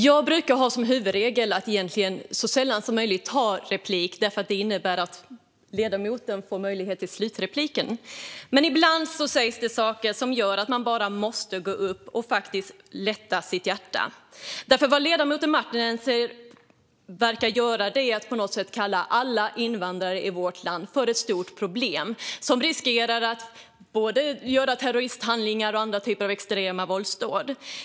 Fru talman! Jag brukar begära replik så sällan som möjligt, för det innebär ju att motdebattören får möjlighet till slutreplik. Men ibland sägs det saker som gör att man bara måste gå upp och lätta sitt hjärta. Ledamoten Marttinen verkar kalla alla invandrare i vårt land för ett stort problem som riskerar att utföra terroristhandlingar och andra typer av extrema våldsdåd.